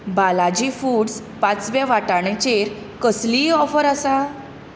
Balaji Foods पाचव्या वाटाणेचेर कसलीय ऑफर आसा